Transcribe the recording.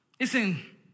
listen